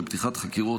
לפתיחת חקירות,